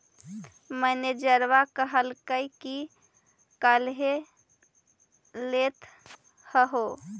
मैनेजरवा कहलको कि काहेला लेथ हहो?